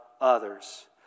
others